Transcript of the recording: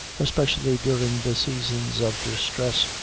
especially during the seasons of distress,